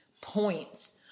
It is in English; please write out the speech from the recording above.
points